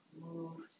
moved